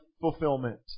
fulfillment